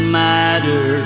matter